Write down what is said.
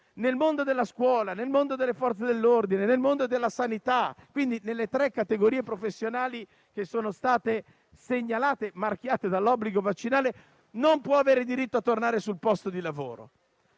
nel mondo della scuola, delle Forze dell'ordine, della sanità, e quindi nelle tre categorie professionali che sono state segnalate e marchiate dall'obbligo vaccinale, non può avere diritto a tornare sul posto di lavoro?